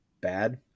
bad